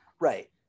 right